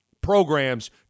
programs